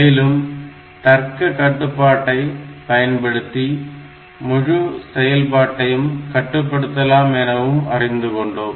மேலும் தர்க்க கட்டுப்பாட்டை பயன்படுத்தி முழு செயல்பாட்டையும் கட்டுப்படுத்தலாம் எனவும் அறிந்துகொண்டோம்